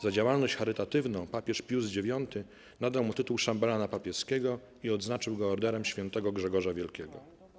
Za działalność charytatywną papież Pius IX nadał mu tytuł szambelana papieskiego i odznaczył go Orderem Świętego Grzegorza Wielkiego.